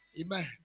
Amen